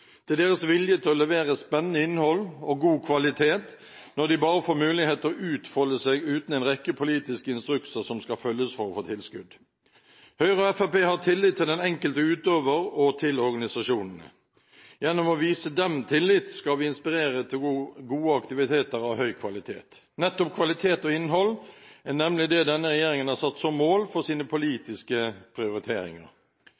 til deres vilje til å levere spennende innhold og god kvalitet når de bare får mulighet til å utfolde seg uten en rekke politiske instrukser som skal følges for å få tilskudd. Høyre og Fremskrittspartiet har tillit til den enkelte utøver og til organisasjonene. Gjennom å vise dem tillit skal vi inspirere til gode aktiviteter av høy kvalitet. Nettopp kvalitet og innhold er nemlig det denne regjeringen har satt som mål for sine